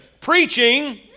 preaching